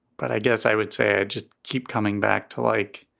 but i guess i would say just keep coming back to like.